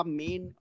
main